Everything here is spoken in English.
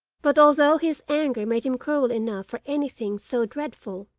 but although his anger made him cruel enough for anything so dreadful,